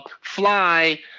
fly